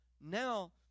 Now